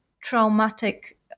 traumatic